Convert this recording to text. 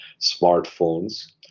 smartphones